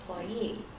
employee